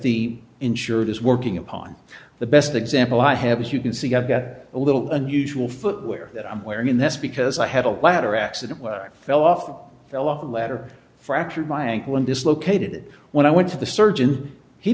the ensure this working upon the best example i have as you can see i've got a little unusual footwear that i'm wearing in this because i had a ladder accident when i fell off the last letter fractured my ankle and dislocated when i went to the surgeon he